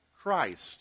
Christ